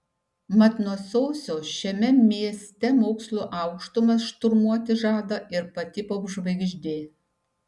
mat nuo sausio šiame mieste mokslo aukštumas šturmuoti žada ir pati popžvaigždė